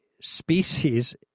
species